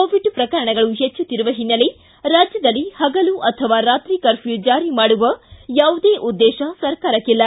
Covid ಪ್ರಕರಣಗಳು ಹೆಚ್ಚುತ್ತಿರುವ ಹಿನ್ನೆಲೆ ರಾಜ್ಯದಲ್ಲಿ ಹಗಲು ಅಥವಾ ರಾತ್ರಿ ಕರ್ಫ್ಯೂ ಜಾರಿ ಮಾಡುವ ಯಾವುದೇ ಉದ್ದೇಶ ಸರ್ಕಾರಕ್ಕೆ ಇಲ್ಲ